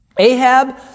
Ahab